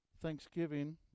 thanksgiving